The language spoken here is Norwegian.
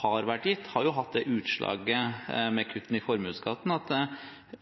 har vært gitt, har hatt det utslaget, med kuttet i formuesskatten, at